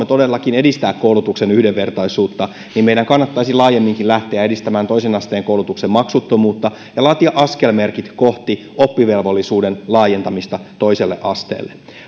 todellakin edistää koulutuksen yhdenvertaisuutta niin meidän kannattaisi laajemminkin lähteä edistämään toisen asteen koulutuksen maksuttomuutta ja laatia askelmerkit kohti oppivelvollisuuden laajentamista toiselle asteelle